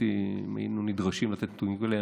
אם היינו נדרשים לתת נתונים כאלה,